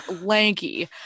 lanky